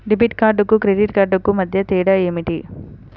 Debit కార్డుకు credit credit కార్డుకు మధ్య తేడా ఏమిటీ?